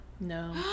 No